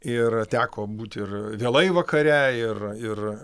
ir teko būti ir vėlai vakare ir ir